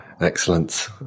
Excellent